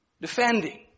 defending